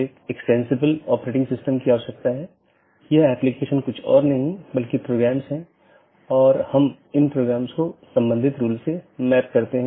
इसलिए हलका करने कि नीति को BGP प्रोटोकॉल में परिभाषित नहीं किया जाता है बल्कि उनका उपयोग BGP डिवाइस को कॉन्फ़िगर करने के लिए किया जाता है